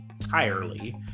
entirely